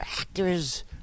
Actors